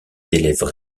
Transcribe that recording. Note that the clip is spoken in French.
d’élèves